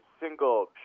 single